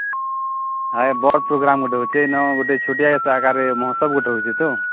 ନାଏ ବଡ଼ ପ୍ରୋଗ୍ରାମ୍ ଗୋଟେ ହେଉଛି ଯେନ ହଁ ଗୋଟେ ଛୋଟିଆ ଜାଗାରେ ମହୋତ୍ସବ ଗୋଟେ ହେଉଛି ତ